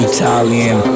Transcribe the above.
Italian